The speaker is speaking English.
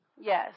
Yes